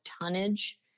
tonnage